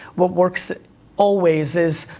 but works always is,